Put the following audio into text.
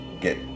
get